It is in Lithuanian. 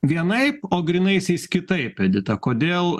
vienaip o grynaisiais kitaip edita kodėl